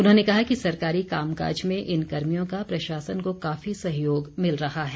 उन्होंने कहा कि सरकारी कामकाज में इन कर्मियों का प्रशासन को काफी सहयोग मिल रहा है